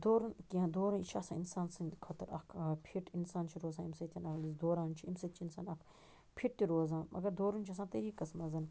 دورُن کیٚنٛہہ دورُن چھُ آسان اِنسانہٕ سٕنٛدۍ خٲطرٕ اَکھ آ فِٹ اِسان چھُ روزان اَمہٕ سۭتۍ دوران چھُ فِٹ تہِ روزان مگر دورُن چھُ آسان تعٲریٖقس منٛز